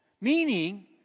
Meaning